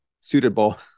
suitable